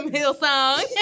Hillsong